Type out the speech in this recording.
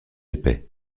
épais